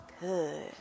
Good